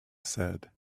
said